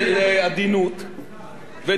ונימוסים אז הוא קורא לי הרבה קריאות ביניים.